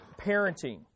parenting